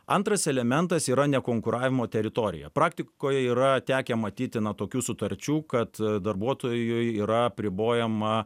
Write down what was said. antras elementas yra nekonkuravimo teritorija praktikoje yra tekę matyti na tokių sutarčių kad darbuotojui yra apribojama